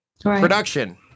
production